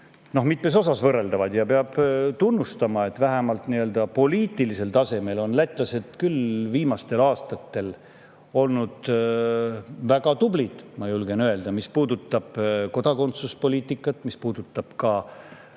oleme mitmes asjas võrreldavad. Peab tunnustama, et vähemalt poliitilisel tasemel on lätlased küll viimastel aastatel olnud väga tublid, ma julgen öelda. Mis puudutab kodakondsuspoliitikat, mis puudutab ka